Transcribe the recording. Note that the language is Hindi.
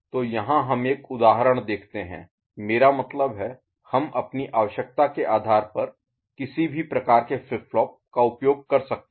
तो यहां हम एक उदाहरण देखते हैं मेरा मतलब है हम अपनी आवश्यकता के आधार पर किसी भी प्रकार के फ्लिप फ्लॉप का उपयोग कर सकते हैं